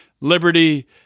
liberty